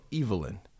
Evelyn